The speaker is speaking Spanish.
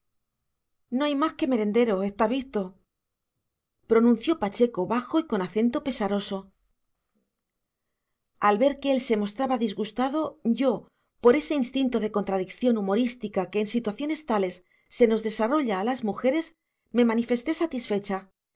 no hay más que merenderos está visto pronunció pacheco bajo y con acento pesaroso al ver que él se mostraba disgustado yo por ese instinto de contradicción humorística que en situaciones tales se nos desarrolla a las mujeres me manifesté satisfecha